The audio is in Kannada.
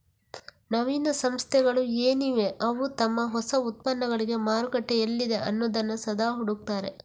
ನವೀನ ಸಂಸ್ಥೆಗಳು ಏನಿವೆ ಅವು ತಮ್ಮ ಹೊಸ ಉತ್ಪನ್ನಗಳಿಗೆ ಮಾರುಕಟ್ಟೆ ಎಲ್ಲಿದೆ ಅನ್ನುದನ್ನ ಸದಾ ಹುಡುಕ್ತಾರೆ